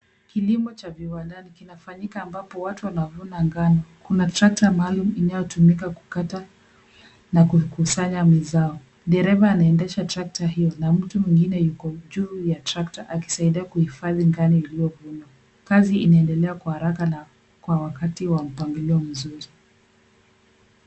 Kilimo cha viwandani kinafanyika ambapo watu wanavuna ngano. Kuna trakta maalum inayotumika kukata na kukusanya mazao. Dereva anaendesha trakta hiyo na mtu mwingine yuko juu ya trakta akisaidia kuhifadhi ngano iliyovunwa. Kazi inaendelea kwa haraka na kwa wakati wa mpangilio mzuri.